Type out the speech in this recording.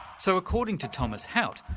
so according to thomas hout,